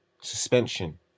Suspension